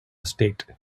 state